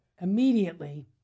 immediately